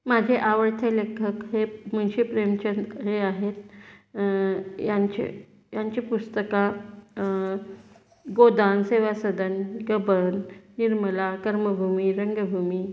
माझे आवडते लेखक हे मुंशी प्रेमचंद हे आहेत यांचे यांचे पुस्तक गोदान सेवासदन गब्बर निर्मला कर्मभूमी रंगभूमी